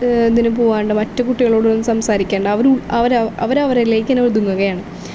ഇതിനു പോവാതെ മറ്റു കുട്ടികളോട് ഒന്നും സംസാരിക്കാതെ അവർ അവർ അവർ അവരിലേക്ക് തന്നെ ഒതുങ്ങുകയാണ്